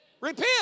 Repent